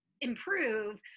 improve